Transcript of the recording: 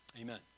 amen